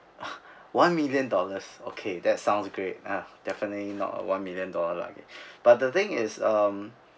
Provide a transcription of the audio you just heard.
one million dollars okay that sounds great ah definitely not a one million dollar lah but the thing is um